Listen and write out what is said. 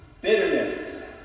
Bitterness